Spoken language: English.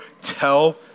tell